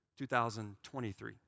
2023